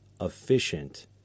efficient